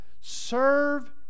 serve